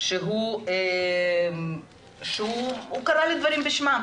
שהוא קרא לדברים בשמם.